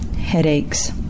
headaches